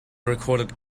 recorded